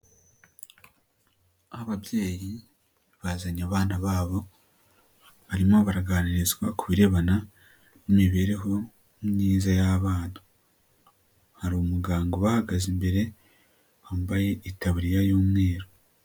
Ababyeyi bazanye abana babo, barimo baraganirizwa ku birebana n'imibereho myiza y'abana, hari umuganga bahagaze imbere wambaye itaburiya y'umweru.